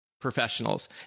professionals